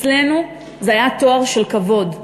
אצלנו זה היה תואר של כבוד,